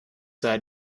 sei